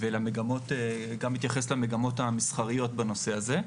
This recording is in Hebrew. וגם להתייחס למגמות המסחריות בנושא הזה.